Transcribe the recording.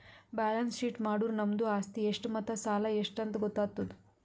balance sheet ಮಾಡುರ್ ನಮ್ದು ಆಸ್ತಿ ಎಷ್ಟ್ ಮತ್ತ ಸಾಲ ಎಷ್ಟ್ ಅಂತ್ ಗೊತ್ತಾತುದ್